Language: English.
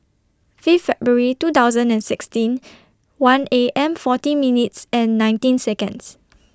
Fifth February two thousand and sixteen one A M forty minutes and nineteen Seconds